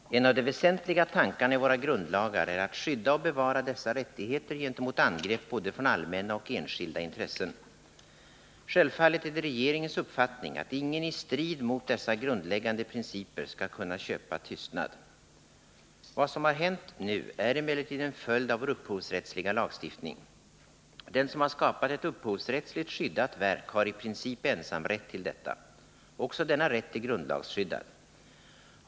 En av de väsentliga tankarna i våra grundlagar är att skydda och bevara dessa rättigheter gentemot angrepp från både allmänna och enskilda intressen. Självfallet är det regeringens uppfattning att ingen i strid mot dessa grundläggande principer skall kunna köpa tystnad. Vad som har hänt nu är emellertid en följd av vår upphovsrättsliga lagstiftning. Den som har skapat ett upphovsrättsligt skyddat verk har i princip ensamrätt till detta. Också denna rätt är grundlagsskyddad.